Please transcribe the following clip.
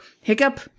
hiccup